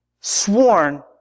sworn